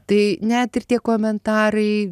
tai net ir tie komentarai